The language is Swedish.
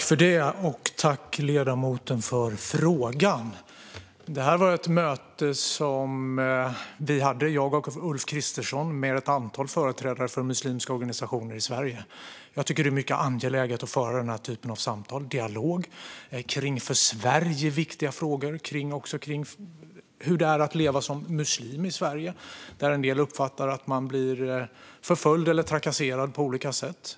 Fru talman! Tack, ledamoten, för frågan! Det här var ett möte som jag och Ulf Kristersson hade med ett antal företrädare för muslimska organisationer i Sverige. Jag tycker att det är mycket angeläget att föra denna typ av samtal och ha en dialog om för Sverige viktiga frågor och om hur det är att leva som muslim i Sverige. En del uppfattar att man blir förföljd eller trakasserad på olika sätt.